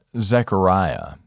Zechariah